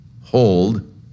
hold